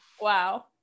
Wow